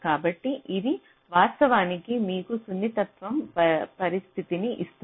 కాబట్టి ఇది వాస్తవానికి మీకు సున్నితత్వ పరిస్థితిని ఇస్తుంది